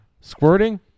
Squirting